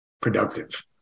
productive